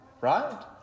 right